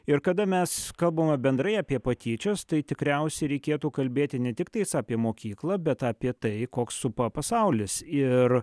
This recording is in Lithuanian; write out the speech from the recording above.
ir kada mes kalbame bendrai apie patyčias tai tikriausiai reikėtų kalbėti ne tik tais apie mokyklą bet apie tai koks supa pasaulis ir